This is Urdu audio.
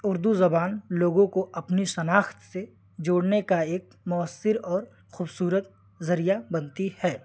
اردو زبان لوگوں کو اپنی شناخت سے جوڑنے کا ایک مؤثر اور خوبصورت ذریعہ بنتی ہے